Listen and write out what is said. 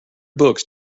books